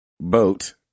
boat